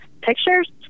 pictures